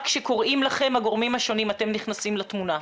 כשקוראים לכם הגורמים השונים אתם נכנסים לתמונה?